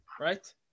Right